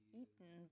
eaten